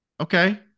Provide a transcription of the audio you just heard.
Okay